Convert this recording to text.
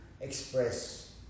express